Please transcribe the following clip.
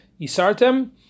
Isartem